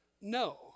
no